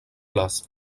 place